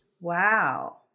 Wow